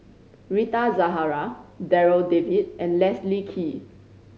Rita Zahara Darryl David and Leslie Kee